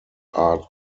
art